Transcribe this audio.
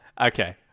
Okay